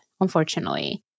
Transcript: unfortunately